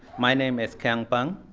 my name is quyen but